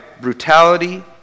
brutality